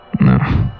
No